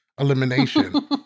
elimination